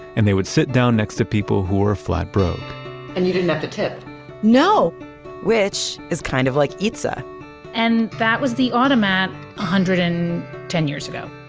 and they would sit down next to people who were flat broke and you didn't have to tip no which is kind of like eatsa and that was the automat one ah hundred and ten years ago